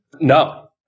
No